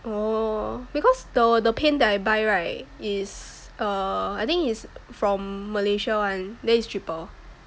oh because the the paint that I buy right is err I think is from Malaysia [one] then it's cheaper